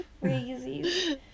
crazy